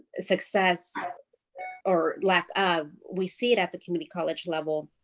ah success or lack of we see it at the community college level.